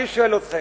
אני שואל אתכם: